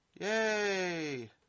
Yay